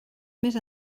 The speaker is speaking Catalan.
més